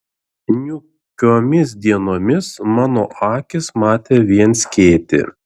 niūkiomis dienomis mano akys matė vien skėtį